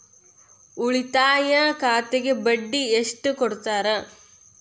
ಉಳಿತಾಯ ಖಾತೆಗೆ ಬಡ್ಡಿ ಎಷ್ಟು ಕೊಡ್ತಾರ?